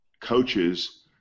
coaches